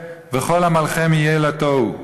וכל עמלכם יהיה לתוהו.